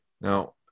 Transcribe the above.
Now